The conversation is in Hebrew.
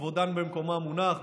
כבודם במקומם מונח,